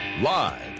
Live